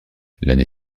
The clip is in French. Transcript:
l’année